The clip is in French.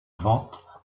vente